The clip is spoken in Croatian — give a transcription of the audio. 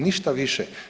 Ništa više.